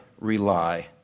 rely